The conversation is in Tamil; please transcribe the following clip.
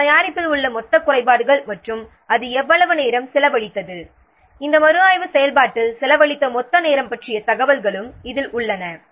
எங்கள் தயாரிப்பில் உள்ள மொத்த குறைபாடுகள் மற்றும் அது எவ்வளவு நேரம் செலவழித்தது இந்த மறுஆய்வு செயல்பாட்டில் செலவழித்த மொத்த நேரம் பற்றிய தகவல்களும் இதில் உள்ளன